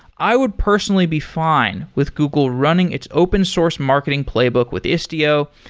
i would personally be fine with google running its open source marketing playbook with istio,